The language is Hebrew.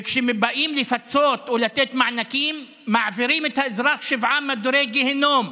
וכשבאים לפצות או לתת מענקים מעבירים את האזרח שבעה מדורי גיהינום.